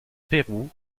pérou